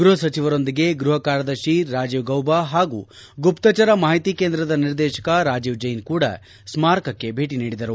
ಗೃಹಸಚಿವರೊಂದಿಗೆ ಗೃಹಕಾರ್ಯದರ್ತಿ ರಾಜೀವ್ಗೌಬ ಹಾಗೂ ಗುಪ್ತಚರ ಮಾಹಿತಿ ಕೇಂದ್ರದ ನಿರ್ದೇಶಕ ರಾಜೀವ್ ಜೈನ್ ಕೂಡ ಸ್ನಾರಕಕ್ಕೆ ಭೇಟಿ ನೀಡಿದರು